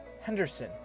Henderson